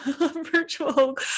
virtual